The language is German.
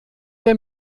der